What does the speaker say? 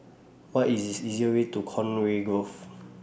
What IS The easiest Way to Conway Grove